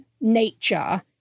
nature